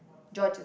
George